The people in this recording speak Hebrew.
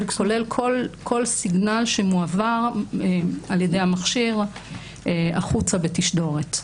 כולל כל סיגנל שמועבר ע"י המכשיר החוצה בתשדורת.